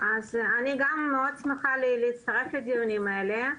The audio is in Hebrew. מאוד שמחה להצטרף לדיונים האלו,